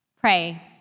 Pray